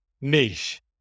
Niche